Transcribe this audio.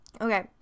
Okay